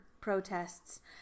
protests